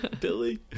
Billy